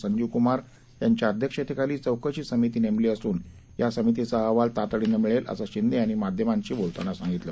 संजीवकुमारयांच्याअध्यक्षतेखालीचौकशीसमितीनेमलीअसूनयासमितीचाअहवालतात डीनमिळेल असंशिंदेयांनीमाध्यमांशीबोलतांनासांगितलं